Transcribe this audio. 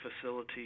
facility